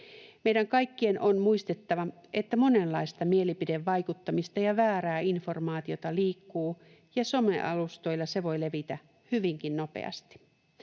Meidän kaikkien on muistettava, että monenlaista mielipidevaikuttamista ja väärää informaatiota liikkuu, ja some-alustoilla se voi levitä hyvinkin nopeasti.